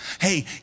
Hey